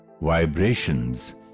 vibrations